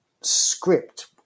script